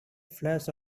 flash